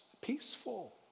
peaceful